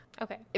Okay